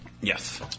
Yes